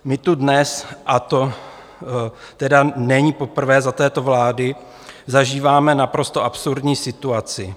My tu dnes, a to tedy není poprvé za této vlády, zažíváme naprosto absurdní situaci.